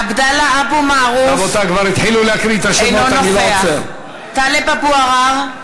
עבדאללה אבו מערוף, אינו נוכח טלב אבו עראר,